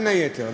בין היתר,